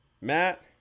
Matt